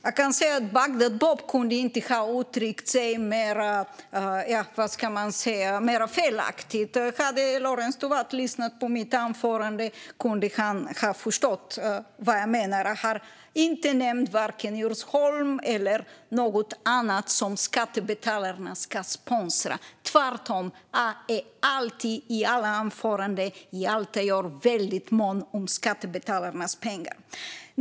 Herr talman! Bagdad-Bob kunde inte ha uttryckt sig mer felaktigt. Om Lorentz Tovatt hade lyssnat på mitt anförande kunde han ha förstått vad jag menar. Jag har inte nämnt vare sig Djursholm eller något annat som skattebetalarna ska sponsra. Tvärtom - jag är alltid, i alla anföranden och i allt jag gör, väldigt mån om skattebetalarnas pengar.